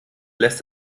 lässt